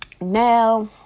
Now